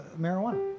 marijuana